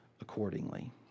accordingly